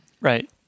Right